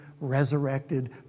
resurrected